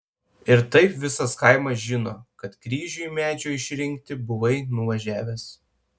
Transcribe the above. ir taip visas kaimas žino kad kryžiui medžio išrinkti buvai nuvažiavęs